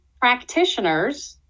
practitioners